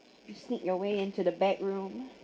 you sneak your way into the bedroom